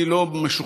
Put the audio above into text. אני לא משוכנע,